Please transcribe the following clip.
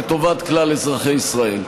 לטובת כלל אזרחי ישראל.